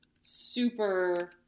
super